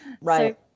right